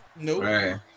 Nope